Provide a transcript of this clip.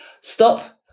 stop